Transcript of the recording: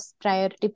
priority